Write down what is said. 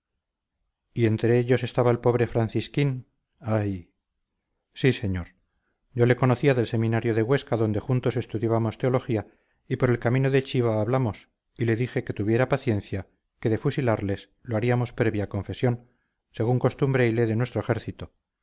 y entre ellos estaba el pobre francisquín ay sí señor yo le conocía del seminario de huesca donde juntos estudiábamos teología y por el camino de chiva hablamos y le dije que tuviera paciencia que de fusilarles lo haríamos previa confesión según costumbre y ley de nuestro ejército